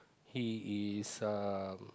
he is uh